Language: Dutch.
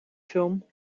film